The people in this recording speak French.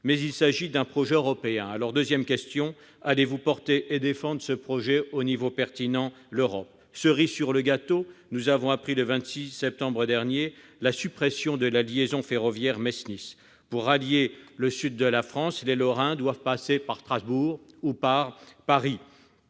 Mais il s'agit d'un projet européen. D'où ma deuxième question : allez-vous porter et défendre ce projet au niveau pertinent, l'Europe ? Cerise sur le gâteau, nous avons appris le 26 septembre dernier la suppression de la liaison ferroviaire Metz-Nice. Pour rallier le sud de la France, les Lorrains doivent passer par Strasbourg ou par Paris